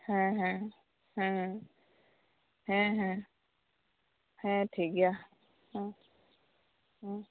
ᱦᱮᱸ ᱦᱮᱸ ᱦᱮᱸ ᱦᱮᱸ ᱦᱮᱸ ᱦᱮᱸ ᱴᱷᱤᱠ ᱜᱮᱭᱟ ᱦᱮᱸ ᱦᱮᱸ